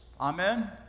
Amen